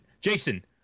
jason